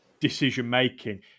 decision-making